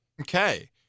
okay